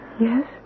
Yes